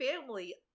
family